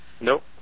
nope